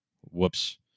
whoops